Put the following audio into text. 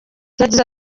yagize